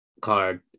card